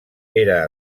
era